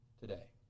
today